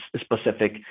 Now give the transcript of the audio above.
specific